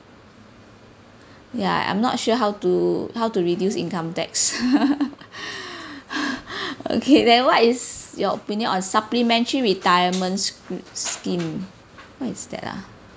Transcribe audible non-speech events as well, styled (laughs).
(breath) ya I'm not sure how to how to reduce income tax (laughs) okay then what is your opinion on supplementary retirement sc~ scheme what is that ah